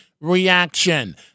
reaction